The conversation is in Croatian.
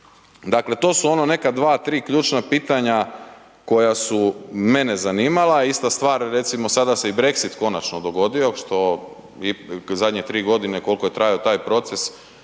dakle to su ono neka 2-3 ključna pitanja koja su mene zanimala. Ista stvar, recimo sada se i brexit konačno dogodio, što zadnje 3.g. kolko je trajao taj proces